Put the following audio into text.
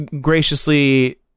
graciously